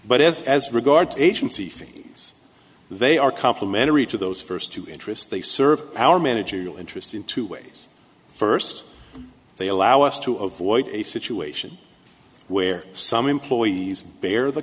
but as as regards agency fees they are complimentary to those first two interests they serve our managerial interests in two ways first they allow us to avoid a situation where some employees bear the